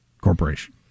corporation